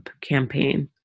campaign